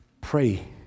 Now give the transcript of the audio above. Pray